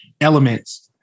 elements